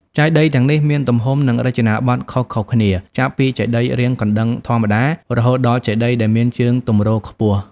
ចេតិយទាំងនេះមានទំហំ និងរចនាបថខុសៗគ្នា ចាប់ពីចេតិយរាងកណ្តឹងធម្មតា រហូតដល់ចេតិយដែលមានជើងទម្រខ្ពស់។